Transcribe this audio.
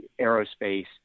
aerospace